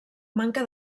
manca